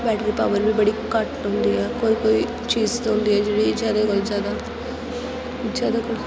battery power बी बड़ी घट्ट होंदी ऐ कोई कोई चीज होंदी ऐ जेह्ड़ी जैदा कोला जैदा जैदा कोला जैदा